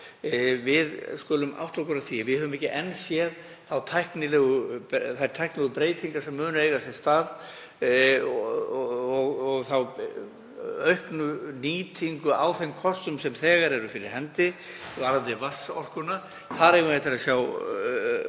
Við skulum átta okkur á því að við höfum ekki enn séð þær tæknilegu breytingar sem munu eiga sér stað og þá auknu nýtingu á þeim kostum sem þegar eru fyrir hendi. Varðandi vatnsorkuna